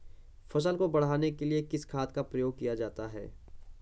फसल को बढ़ाने के लिए किस खाद का प्रयोग किया जाता है?